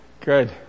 Good